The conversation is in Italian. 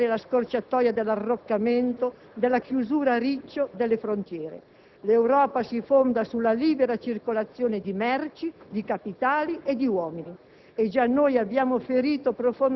Nessuno creda di poter scegliere la scorciatoia dell'arroccamento e della chiusura a riccio delle frontiere. L'Europa si fonda sulla libera circolazione di merci, capitali e uomini